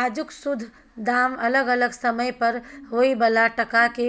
आजुक शुद्ध दाम अलग अलग समय पर होइ बला टका के